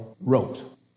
wrote